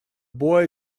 boy